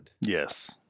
Yes